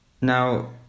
now